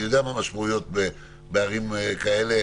אני יודע מה המשמעויות בערים כאלה,